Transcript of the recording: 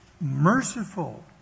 merciful